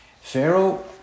Pharaoh